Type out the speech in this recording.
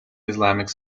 islamic